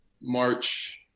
March